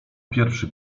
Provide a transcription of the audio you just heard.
pierwszy